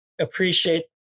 appreciate